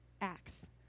Acts